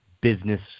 business